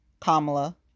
Kamala